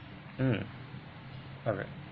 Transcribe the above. mm